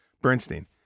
Bernstein